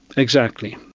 exactly.